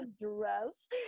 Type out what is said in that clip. dress